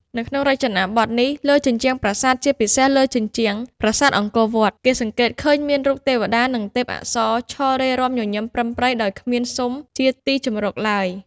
នៅក្នុងរចនាបថនេះ លើជញ្ជាំងប្រាសាទ ជាពិសេសលើជញ្ជាំងប្រាសាទអង្គរវត្ដ គេសង្កេត ឃើញមានរូប ទេវតា ឬទេពអប្សរឈររេរាំញញឹមប្រិមប្រិយ ដោយគ្មានស៊ុមជាទីជម្រកឡើយ ។